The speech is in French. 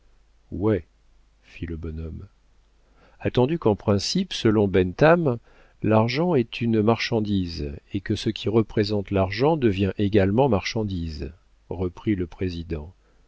ouais fit le bonhomme attendu qu'en principe selon bentham l'argent est une marchandise et que ce qui représente l'argent devient également marchandise reprit le président